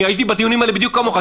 אני הייתי בדיונים האלה בדיוק כמוך.